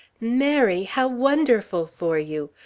mary! how wonderful for you!